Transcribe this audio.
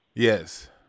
Yes